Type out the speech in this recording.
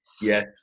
Yes